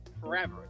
Forever